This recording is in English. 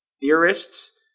theorists